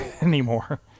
anymore